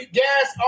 gas